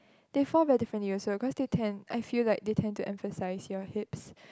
they fall for different uses of course they tend I feel like they tend to emphasize your hips